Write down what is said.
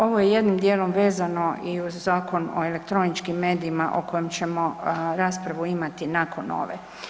Ovo je jednim dijelom vezano i uz Zakon o elektroničkim medijima o kojem ćemo raspravu imati nakon ove.